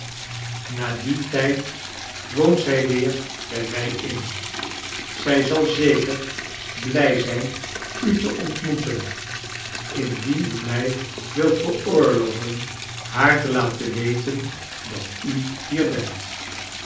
na dien tijd woont zij weer bij mij in zij zal zeker blij zijn u te ontmoeten i ndien u mij wilt veroorloven haar te laten weten dat u hier bent